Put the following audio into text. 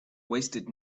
wasted